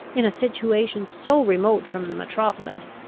in a situation so remote from the metropolis,